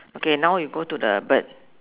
okay now we go to the bird